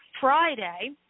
Friday